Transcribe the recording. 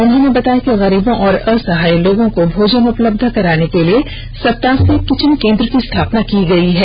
उन्होंने बताया कि गरीबों एवं असहाय लोगों को भोजन उपलब्ध कराने के लिए सत्तासी किंचन केन्द्र की स्थापना की गई है